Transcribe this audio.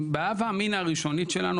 בהווה אמינא הראשונית שלנו,